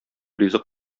ризык